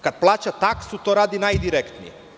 Kada plaća taksu, to radi najdirektnije.